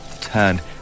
turned